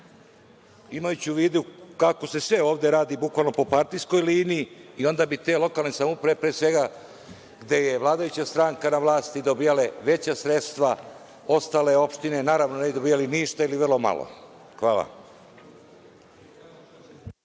imajući u vidu kako se sve ovde radi bukvalno po partijskoj liniji i onda bi te lokalne samouprave, pre svega gde je vladajuća stranka na vlasti, dobijale veća sredstva. Ostale opštine, naravno, ne bi dobijale ništa ili vrlo malo. Hvala.